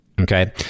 Okay